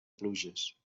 pluges